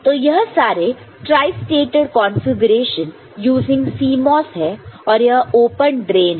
तो यह सारे ट्राईस्टेटड कॉन्फ़िगरेशन यूजिंग CMOS है और यह ओपन ड्रेन है